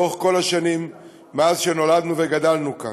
לאורך כל השנים מאז נולדנו וגדלנו כאן.